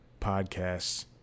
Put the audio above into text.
podcasts